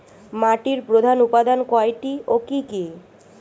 মাটির প্রধান উপাদান কয়টি ও কি কি?